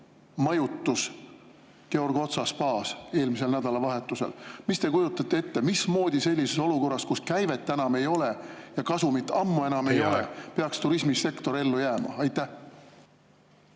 majutus Georg Otsa spaas eelmisel nädalavahetusel. Mismoodi te kujutate ette, et sellises olukorras, kus käivet enam ei ole ja kasumit ammu enam ei ole, peaks turismisektor ellu jääma? Aitäh!